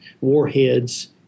warheads